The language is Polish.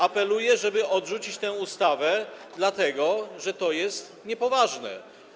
Apeluję, żeby odrzucić tę ustawę, dlatego że to jest niepoważne.